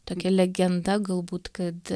tokia legenda galbūt kad